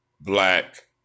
Black